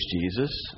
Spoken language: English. Jesus